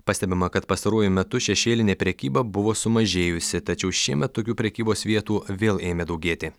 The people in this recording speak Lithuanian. pastebima kad pastaruoju metu šešėlinė prekyba buvo sumažėjusi tačiau šiemet tokių prekybos vietų vėl ėmė daugėti